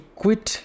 quit